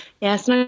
Yes